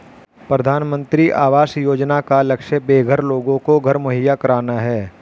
प्रधानमंत्री आवास योजना का लक्ष्य बेघर लोगों को घर मुहैया कराना है